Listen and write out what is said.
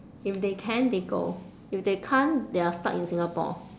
if they can they go if they can't they are stuck in singapore